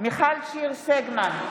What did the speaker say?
מיכל שיר סגמן,